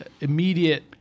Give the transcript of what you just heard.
immediate